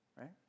Right